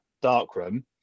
darkroom